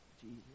Jesus